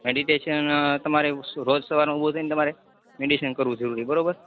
meditation તમારે રોજ સવારમાં ઊભું થઈ ને તમારે મેડિટેશન કરવું જરૂરી છે બરોબર